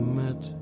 met